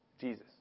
Jesus